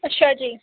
ਅੱਛਾ ਜੀ